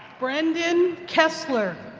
brendan kessler